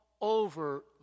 over